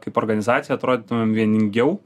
kaip organizacija atrodytumėm vieningiau